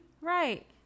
Right